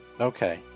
Okay